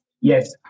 Yes